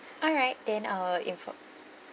alright then I'll inform